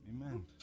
Amen